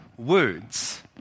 words